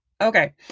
Okay